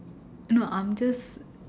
no I'm just